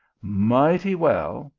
mighty well,